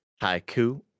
Haiku